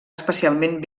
especialment